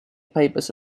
papers